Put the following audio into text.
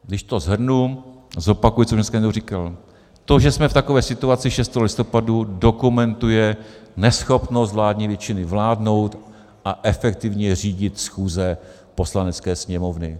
Když to shrnu a zopakuji, co dneska někdo říkal to, že jsme v takové situaci 6. listopadu, dokumentuje neschopnost vládní většiny vládnout a efektivně řídit schůze Poslanecké sněmovny.